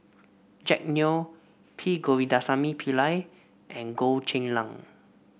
Jack Neo P Govindasamy Pillai and Goh Cheng Liang